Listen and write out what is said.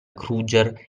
kruger